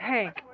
Hank